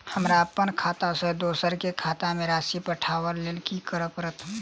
हमरा अप्पन खाता सँ दोसर केँ खाता मे राशि पठेवाक लेल की करऽ पड़त?